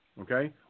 okay